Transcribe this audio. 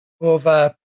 over